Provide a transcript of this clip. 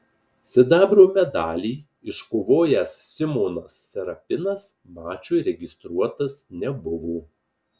sidabro medalį iškovojęs simonas serapinas mačui registruotas nebuvo